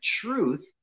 truth